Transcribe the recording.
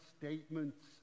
statements